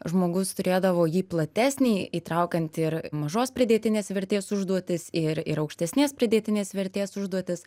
žmogus turėdavo jį platesnį įtraukiant ir mažos pridėtinės vertės užduotis ir ir aukštesnės pridėtinės vertės užduotis